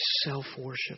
self-worship